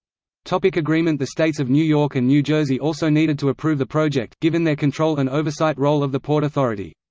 like agreement the states of new york and new jersey also needed to approve the project, given their control and oversight role of the port authority.